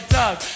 Doug